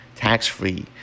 Tax-free